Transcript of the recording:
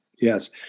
Yes